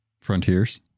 Frontiers